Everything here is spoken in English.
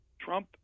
Trump